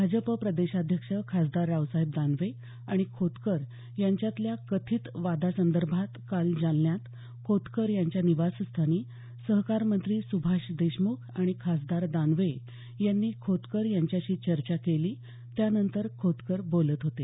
भाजप प्रदेशाध्यक्ष खासदार रावसाहेब दानवे आणि खोतकर यांच्यातल्या कथित वादासंदर्भात काल जालन्यात खोतकर यांच्या निवासस्थानी सहकार मंत्री सुभाष देशमुख आणि खासदार दानवे यांनी खोतकर यांच्याशी चर्चा केली त्यानंतर खोतकर बोलत होते